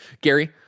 Gary